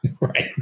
Right